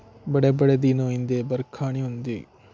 बड़े बड़े दिन होई जंदे बरखा निं होंदी